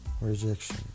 rejection